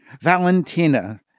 Valentina